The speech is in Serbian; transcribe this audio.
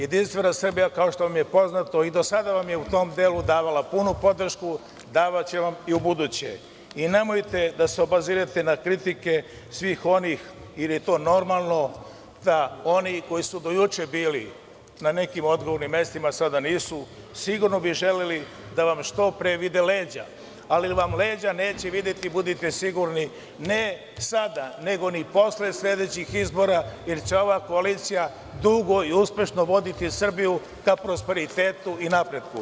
Jedinstvena Srbija, kao što vam je poznato, i do sada vam je u tom delu davala punu podršku, davaće vam i ubuduće, i nemojte se obazirati na kritike svih onih ili je to normalno da oni koji su do juče bili na nekim odgovornim mestima sada nisu, sigurno bi želeli da vam što pre vide leđa, ali vam leđa neće videti budite sigurni, ne sada, ni posle sledećih izbora, jer će ova koalicija dugo i uspešno voditi Srbiju ka prosperitetu i napretku.